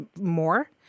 more